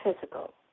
physical